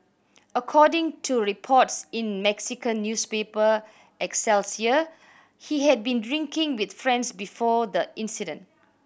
according to reports in Mexican newspaper Excelsior he had been drinking with friends before the incident